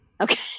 okay